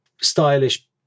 Stylish